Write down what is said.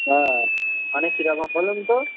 হ্যাঁ মানে কীরকম বলুন তো